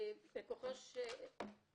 אני כאן